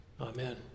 amen